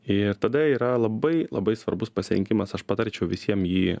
ir tada yra labai labai svarbus pasirinkimas aš patarčiau visiem jį